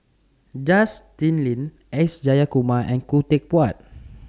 Justin Lean S Jayakumar and Khoo Teck Puat